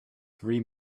three